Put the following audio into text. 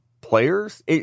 players